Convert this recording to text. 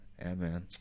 amen